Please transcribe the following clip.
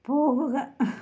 പോകുക